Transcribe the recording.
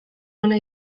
ona